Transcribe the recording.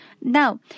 Now